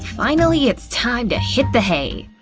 finally, it's time to hit the hay.